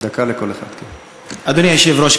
אדוני היושב-ראש,